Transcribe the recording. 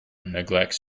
neglects